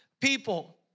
people